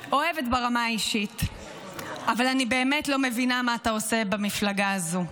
שאני אוהבת ברמה האישית אבל אני באמת לא מבינה מה אתה עושה במפלגה הזו,